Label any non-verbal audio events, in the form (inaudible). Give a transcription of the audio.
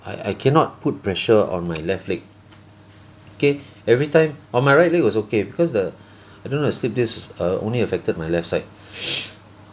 I I cannot put pressure on my left leg okay every time on my right leg was okay because the I don't know the slipped disc was uh only affected my left side (breath)